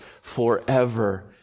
forever